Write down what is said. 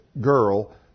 girl